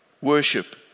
worship